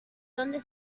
dónde